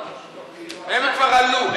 הם כבר עלו.